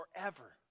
forever